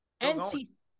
NC